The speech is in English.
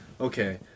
okay